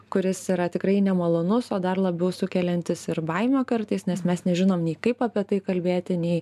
kuris yra tikrai nemalonus o dar labiau sukeliantis ir baimę kartais nes mes nežinom nei kaip apie tai kalbėti nei